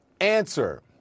Answer